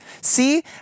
See